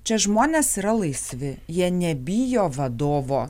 čia žmonės yra laisvi jie nebijo vadovo